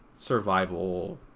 survival